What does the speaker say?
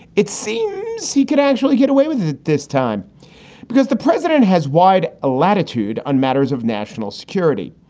it seems he could actually get away with it this time because the president has wide latitude on matters of national security.